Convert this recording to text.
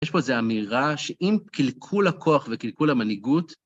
יש פה איזו אמירה שאם קלקול הכוח וקלקול המנהיגות...